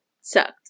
sucked